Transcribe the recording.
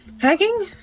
Hacking